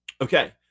Okay